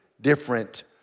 different